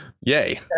yay